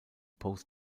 pose